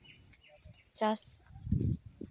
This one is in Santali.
ᱪᱟᱥ